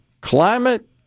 climate